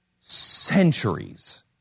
centuries